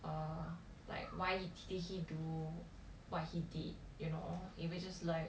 or like why did he do what he did you know if it is like